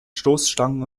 stoßstangen